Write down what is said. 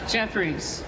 Jeffries